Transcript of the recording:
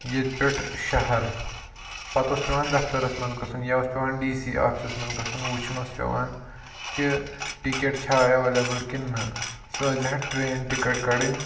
ییٚتہِ پٮ۪ٹھ شَہر پَتہٕ اوٗس پیٚوان دفتَرَس منٛز گَژھُن یا اوٗس پیٚوان ڈی سی آفِسَس منٛز گژھُن وُچھُن اوٗس پیٚوان کہِ ٹِکیٚٹ چھا ایٚولیبٕل کِنہٕ نہٕ سۄ ٲسۍ زِہا ٹرٛین ٹِکیٚٹ کَڑٕنۍ